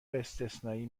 استثنایی